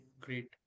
great